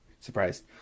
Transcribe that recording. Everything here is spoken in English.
surprised